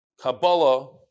Kabbalah